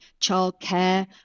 childcare